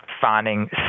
finding